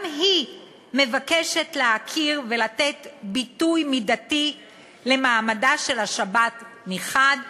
גם היא מבקשת להכיר ולתת ביטוי מידתי למעמדה של השבת מחד גיסא,